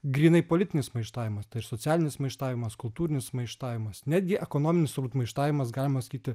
grynai politinis maištavimas tai ir socialinis maištavimas kultūrinis maištavimas netgi ekonominių turbūt maištavimas galima sakyti